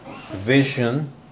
vision